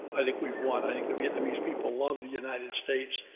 i think we've won. i think the vietnamese people love the united states